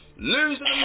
Losing